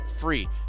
free